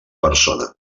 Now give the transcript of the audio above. persona